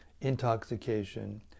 intoxication